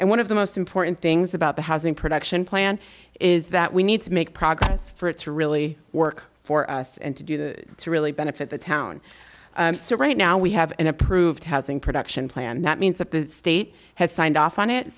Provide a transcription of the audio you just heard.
and one of the most important things about the housing production plan is that we need to make progress for it's really work for us and to do to really benefit the town right now we have an approved housing production plan that means that the state has signed off on it